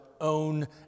own